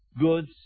goods